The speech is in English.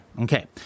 Okay